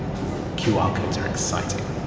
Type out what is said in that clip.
oooh, qr codes are exciting.